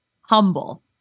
humble